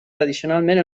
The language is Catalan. tradicionalment